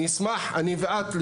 אני אשמח שאני ואת,